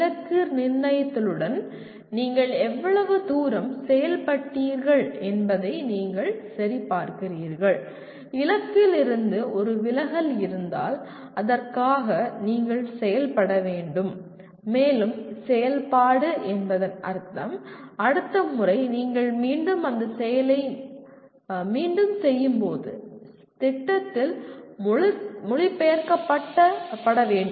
இலக்கு நிர்ணயித்தலுடன் நீங்கள் எவ்வளவு தூரம் செயல்பட்டீர்கள் என்பதை நீங்கள் சரிபார்க்கிறீர்கள் இலக்கிலிருந்து ஒரு விலகல் இருந்தால் அதற்காக நீங்கள் செயல்பட வேண்டும் மேலும் செயல்பாடு என்பதன் அர்த்தம் அடுத்த முறை நீங்கள் மீண்டும் அந்த செயலை மீண்டும் செய்யும்போது திட்டத்தில் மொழிபெயர்க்கப்பட வேண்டும்